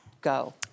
Go